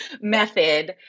method